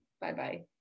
Bye-bye